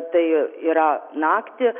tai yra naktį